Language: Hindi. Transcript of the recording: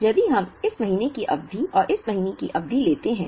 अब यदि हम इस महीने की अवधि और इस महीने की अवधि लेते हैं